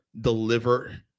deliver